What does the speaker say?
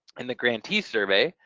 in the grantee survey,